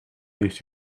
heeft